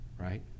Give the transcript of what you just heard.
right